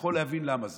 יכול להבין למה זה.